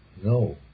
No